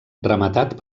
rematat